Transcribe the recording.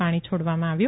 પાણી છોડવામાં આવ્યું